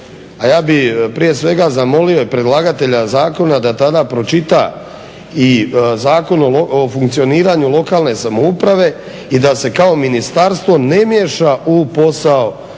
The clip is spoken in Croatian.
a ja bih prije svega zamolio i predlagatelja zakona da tada pročita i Zakon o funkcioniranju lokalne samouprave i da se kao ministarstvo ne miješa u posao